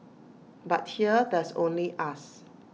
but here there's only us